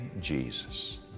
Jesus